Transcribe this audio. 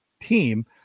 team